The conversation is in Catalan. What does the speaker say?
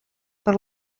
per